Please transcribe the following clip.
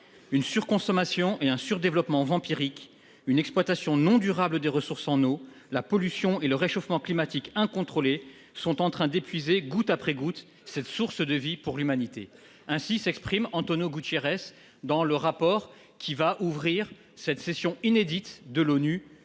Une exploitation et un surdéveloppement vampiriques, une exploitation non durable des ressources en eau, la pollution et le réchauffement climatique incontrôlé sont en train d'épuiser, goutte après goutte, cette source de vie pour l'humanité. » Ainsi s'exprime António Guterres dans l'avant-propos d'un rapport publié avant l'ouverture de la session inédite de l'ONU